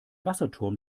wasserturm